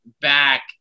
back